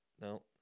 No